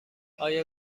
آیا